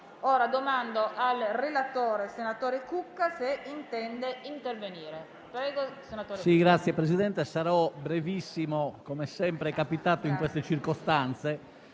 Chiedo al relatore, senatore Cucca, se intende intervenire.